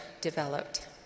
developed